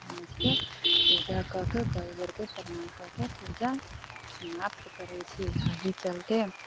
साँझके पूजा कऽके कल जोरके प्रणाम कऽके पूजा समाप्त करै छी अहि चलते